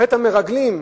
חטא המרגלים,